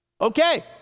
Okay